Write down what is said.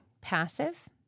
passive